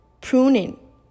pruning